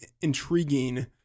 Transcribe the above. intriguing